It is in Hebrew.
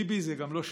ביבי זה גם לא שמיר.